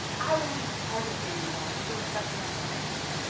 i released everything, you guys, because there was nothing else to hold on to.